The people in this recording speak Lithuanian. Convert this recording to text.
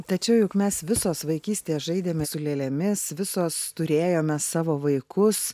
tačiau juk mes visos vaikystėje žaidėme su lėlėmis visos turėjome savo vaikus